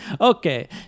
okay